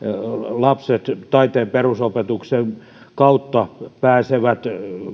lapset taiteen perusopetuksen kautta pääsevät